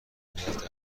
میرفت